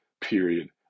period